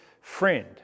friend